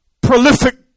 prolific